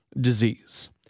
disease